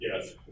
Yes